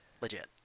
legit